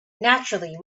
naturally